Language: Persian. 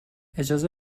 اجازه